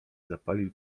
zapalił